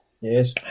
Yes